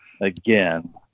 again